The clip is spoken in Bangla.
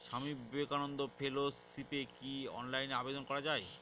স্বামী বিবেকানন্দ ফেলোশিপে কি অনলাইনে আবেদন করা য়ায়?